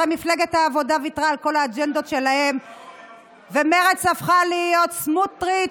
הרי מפלגת העבודה ויתרה על כל האג'נדות שלה ומרצ הפכה להיות סמוטריץ'.